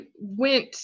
went